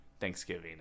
Thanksgiving